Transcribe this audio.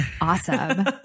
awesome